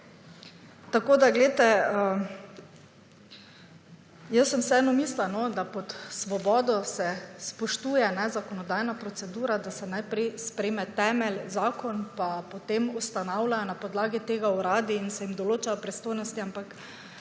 Tako da, glejte, jaz sem vseeno mislila no, da pod Svobodo se spoštuje zakonodajna procedura, da se najprej sprejme temelj zakon, pa potem ustanavljajo na podlagi tega uradi in se jim določajo pristojnosti, ampak,